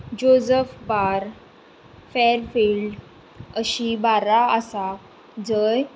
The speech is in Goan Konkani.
जोसफ बार फॅरफिल्ड अशीं बार्रां आसा जंय